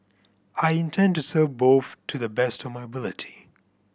I intend to serve both to the best of my ability